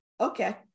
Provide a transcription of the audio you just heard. Okay